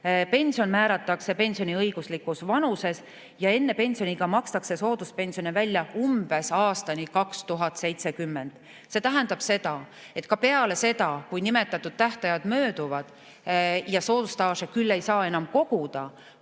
Pension määratakse pensioniõiguslikus vanuses ja enne pensioniiga makstakse sooduspensione välja umbes aastani 2070. See tähendab, et ka peale seda, kui nimetatud tähtajad mööduvad ja soodusstaaži ei saa enam koguda,